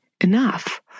enough